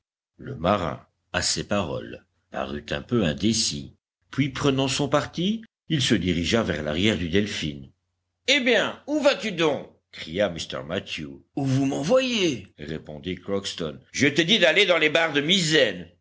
le marin à ces paroles parut un peu indécis puis prenant son parti il se dirigea vers l'arrière du delphin eh bien où vas-tu donc cria mr mathew où vous m'envoyez répondit crockston je te dis d'aller dans les barres de misaine